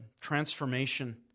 transformation